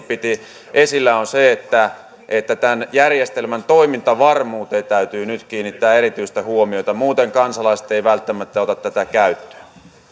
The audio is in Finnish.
piti esillä on se että että tämän järjestelmän toimintavarmuuteen täytyy nyt kiinnittää erityistä huomiota muuten kansalaiset eivät välttämättä ota tätä käyttöön